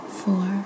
four